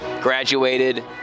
graduated